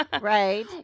right